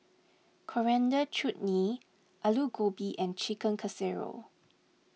Coriander Chutney Alu Gobi and Chicken Casserole